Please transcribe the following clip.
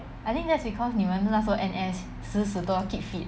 I think that's because 你们那时候 N_S 死死都要 keep fit